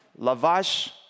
lavash